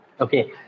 okay